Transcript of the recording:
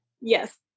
Yes